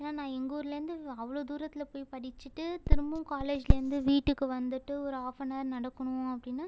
ஏன்னா நான் எங்கள் ஊர்லேருந்து அவ்வளோ தூரத்தில் போய் படித்துட்டு திரும்பவும் காலேஜ்லேருந்து வீட்டுக்கு வந்துவிட்டு ஒரு ஆஃப் அன் ஆர் நடக்கணும் அப்படின்னா